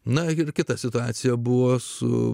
na ir kita situacija buvo su